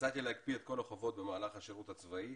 הצעתי להקפיא את כל החובות במהלך השירות הצבאי,